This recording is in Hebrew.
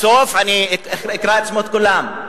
בסוף אני אקרא את שמות כולם.